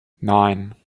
nine